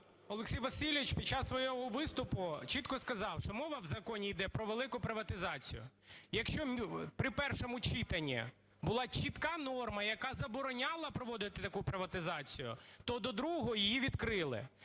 Олексій Васильович під час свого виступу чітко сказав, що мова в законі іде про велику приватизацію. Якщо при першому читанні була чітка норма, яка забороняла проводити таку приватизацію, то до другого її відкрили.